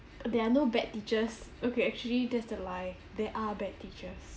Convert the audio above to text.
there are no bad teachers okay actually that's a lie there are bad teachers